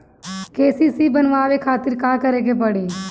KCC बनवावे खातिर का करे के पड़ी?